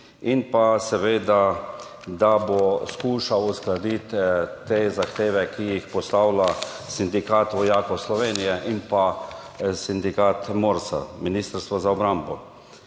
in pa seveda, da bo skušal uskladiti te zahteve, ki jih postavlja Sindikat vojakov Slovenije in pa sindikat MORSA (Ministrstva za obrambo).